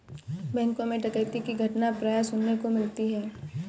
बैंकों मैं डकैती की घटना प्राय सुनने को मिलती है